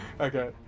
Okay